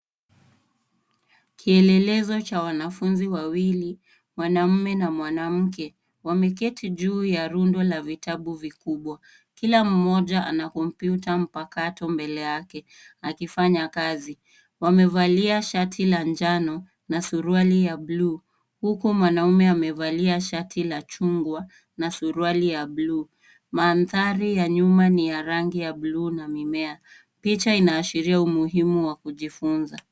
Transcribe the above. Kielelezo cha wanafunzi wawili, mwanamume na mwanamke, wameketi juu ya rundo la vitabu vikubwa. Kila mmoja ana kompyuta mpakato mbele yake, akifanya kazi. Wamevalia shati la njano na suruali ya buluu, huku mwanamume amevalia shati la chungwa na suruali ya buluu. Mandhari ya nyuma ni ya rangi ya buluu na mimea. Picha inaashiria umuhimu wa kujifunza.